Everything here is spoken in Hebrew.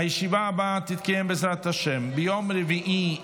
הישיבה הבאה תתקיים, בעזרת השם, ביום רביעי ז'